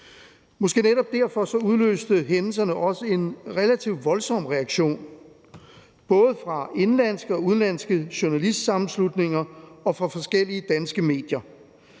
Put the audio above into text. Måske netop derfor udløste hændelserne også en relativt voldsom reaktion, både fra indenlandske og udenlandske journalistsammenslutninger og fra forskellige danske medier.